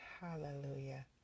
Hallelujah